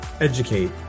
educate